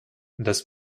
das